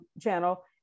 channel